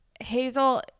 Hazel